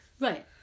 Right